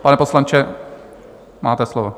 Pane poslanče, máte slovo.